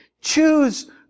choose